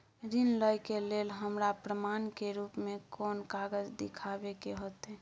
ऋण लय के लेल हमरा प्रमाण के रूप में कोन कागज़ दिखाबै के होतय?